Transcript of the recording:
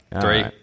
three